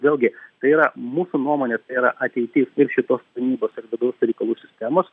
vėlgi tai yra mūsų nuomone tai yra ateitis ir šitos tarnybos ir vidaus reikalų sistemos